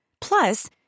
Plus